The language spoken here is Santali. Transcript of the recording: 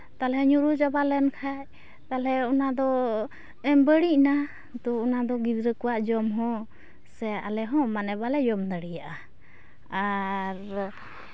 ᱛᱟᱦᱚᱞᱮ ᱧᱩᱨᱩ ᱪᱟᱵᱟ ᱞᱮᱱᱠᱷᱟᱡ ᱛᱟᱞᱦᱮ ᱚᱱᱟᱫᱚ ᱮᱢ ᱵᱟᱹᱲᱤᱡᱱᱟ ᱛᱚ ᱚᱱᱟ ᱫᱚ ᱜᱤᱫᱽᱨᱟᱹ ᱠᱚᱣᱟᱜ ᱡᱚᱢ ᱦᱚᱸ ᱥᱮ ᱟᱞᱮᱦᱚᱸ ᱢᱟᱱᱮ ᱵᱟᱞᱮ ᱡᱚᱢ ᱫᱟᱲᱮᱭᱟᱜᱼᱟ ᱟᱨ